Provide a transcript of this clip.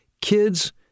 Kids